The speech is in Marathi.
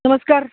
नमस्कार